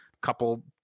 couple